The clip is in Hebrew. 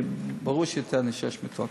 ברור שייתן לי שש מיטות.